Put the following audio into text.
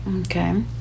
okay